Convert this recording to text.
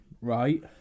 Right